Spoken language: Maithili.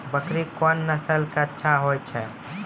बकरी कोन नस्ल के अच्छा होय छै?